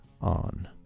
on